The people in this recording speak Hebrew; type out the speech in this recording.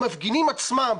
המפגינים עצמם,